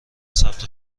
ثبت